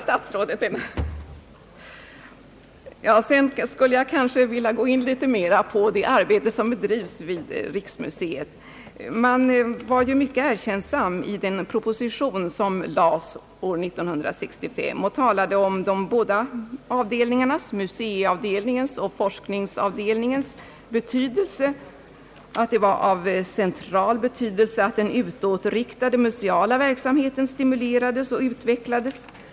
Sedan vill jag gå litet närmare in på det arbete som bedrivs vid riksmuseet. Man var ju mycket erkännsam i propositionen år 1965 och talade om de båda avdelningarnas, museiavdelningens och forskningsavdelningens, betydelse. Det var ett centralt intresse att den utåtriktade museala verksamheten stimulerades och utvecklades.